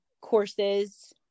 courses